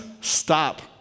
stop